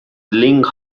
link